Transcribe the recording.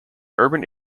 urban